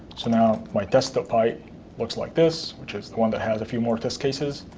so now my test py looks like this, which is the one that has a few more test cases.